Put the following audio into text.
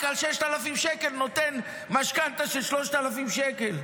על 6,000 שקל הבנק נותן משכנתה של 3,000 שקל.